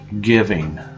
giving